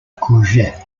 courgette